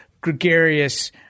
gregarious